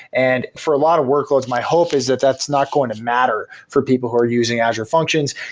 and for a lot of workloads, my hope is that that's not going to matter for people who are using as your functions.